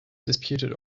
disputed